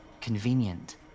convenient